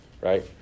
right